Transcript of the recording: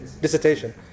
dissertation